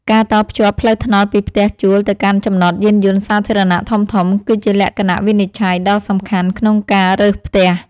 ការតភ្ជាប់ផ្លូវថ្នល់ពីផ្ទះជួលទៅកាន់ចំណតយានយន្តសាធារណៈធំៗគឺជាលក្ខណៈវិនិច្ឆ័យដ៏សំខាន់ក្នុងការរើសផ្ទះ។